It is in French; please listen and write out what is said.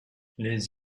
les